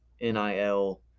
NIL